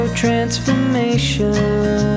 transformation